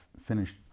finished